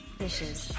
fishes